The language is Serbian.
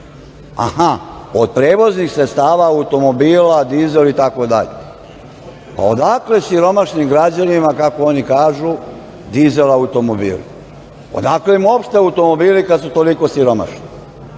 Aha, od prevoznih sredstava automobila, dizel itd. Odakle siromašnim građanima, kako oni kažu, dizel automobili? Odakle im uopšte automobili ako su toliko siromašni? Da